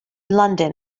london